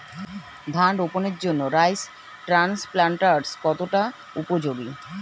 ধান রোপণের জন্য রাইস ট্রান্সপ্লান্টারস্ কতটা উপযোগী?